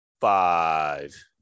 Five